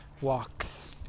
walks